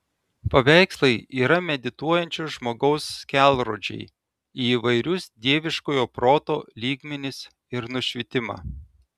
paveikslai yra medituojančio žmogaus kelrodžiai į įvairius dieviškojo proto lygmenis ir nušvitimą